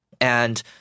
and-